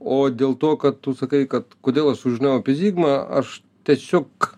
o dėl to kad tu sakai kad kodėl aš sužinojau zigmą aš tiesiog